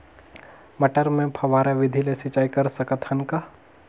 मटर मे फव्वारा विधि ले सिंचाई कर सकत हन का?